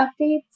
updates